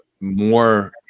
more –